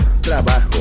trabajo